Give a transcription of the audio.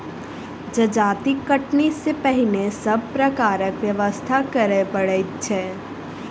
जजाति कटनी सॅ पहिने सभ प्रकारक व्यवस्था करय पड़ैत छै